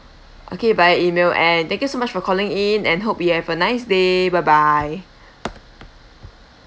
okay by email and thank you so much for calling in and hope you have a nice day bye bye